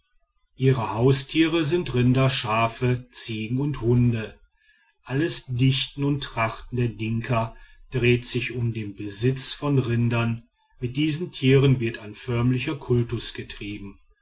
ihre haustiere sind rinder schafe ziegen und hunde alles dichten und trachten der dinka dreht sich um den besitz von rindern mit diesen tieren wird ein förmlicher kultus getrieben